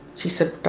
she said,